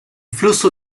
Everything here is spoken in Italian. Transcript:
flusso